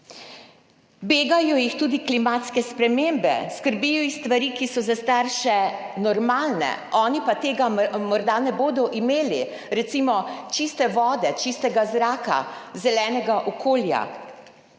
Begajo jih tudi klimatske spremembe, skrbijo jih stvari, ki so za starše normalne, oni pa tega morda ne bodo imeli, recimo čiste vode, čistega zraka, zelenega okolja.